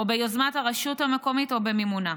או ביוזמת הרשות המקומית או במימונה.